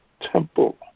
temple